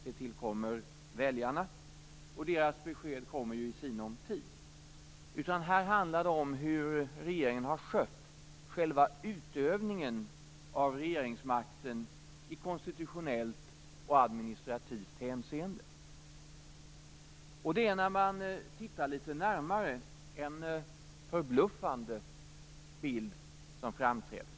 Det tillkommer väljarna. Deras besked kommer i sinom tid. Här handlar det i stället om hur regeringen har skött själva utövningen av regeringsmakten i konstitutionellt och administrativt hänseende. Det är, när man tittar litet närmare, en förbluffande bild som framträder.